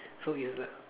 so it's like